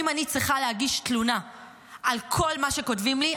אם אני צריכה להגיש תלונה על כל מה שכותבים לי,